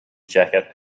jacket